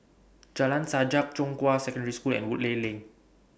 Jalan Sajak Zhonghua Secondary School and Woodleigh Lane